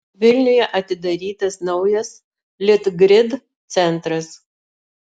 vilniuje atidarytas naujas litgrid centras